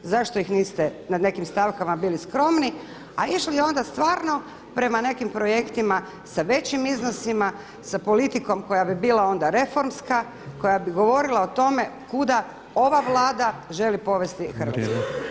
Zašto ih niste nad nekim stavkama bili skromni, a išli onda stvarno prema nekim projektima sa većim iznosima, sa politikom koja bi bila onda reformska, koja bi govorila o tome kuda ova Vlada želi povesti Hrvatsku.